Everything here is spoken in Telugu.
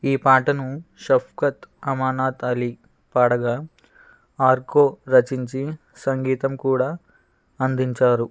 ఈ పాటను షఫ్కత్ అమానత్ అలీ పాడగా ఆర్కో రచించి సంగీతం కూడా అందించారు